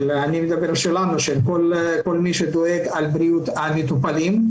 של כל מי שדואג לבריאות המטופלים,